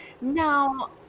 Now